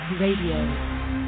Radio